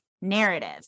narrative